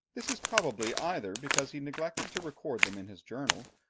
this is probably either because he neglected to record them in his journal,